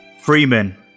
Freeman